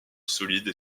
solide